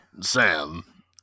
sam